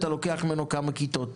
אתה לוקח ממנו כמה כיתות.